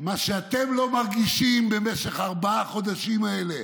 מה שאתם לא מרגישים במשך ארבעה החודשים האלה